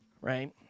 Right